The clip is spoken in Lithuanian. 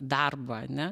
darbą ane